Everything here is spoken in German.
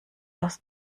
aus